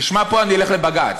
תשמע פה, אני אלך לבג"ץ.